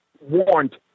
warned